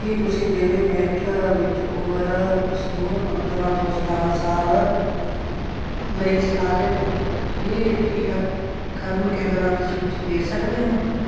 ਕੀ ਤੁਸੀਂ ਜ਼ਿਲ੍ਹੇ ਮੇਰਠ ਵਿੱਚ ਉਮਰ ਸਮੂਹ ਪੰਦਰ੍ਹਾਂ ਤੋਂ ਸਤਾਰ੍ਹਾਂ ਸਾਲ ਲਈ ਸਾਰੇ ਫ੍ਰੀ ਟੀਕਾਕਰਨ ਕੇਂਦਰਾਂ ਦੀ ਸੂਚੀ ਦੇ ਸਕਦੇ ਹੋ